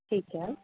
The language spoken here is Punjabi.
ਠੀਕ ਹੈ